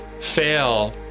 fail